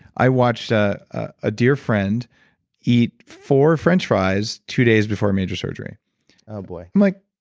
i watched ah a dear friend eat four french fries two days before a major surgery oh boy i'm like,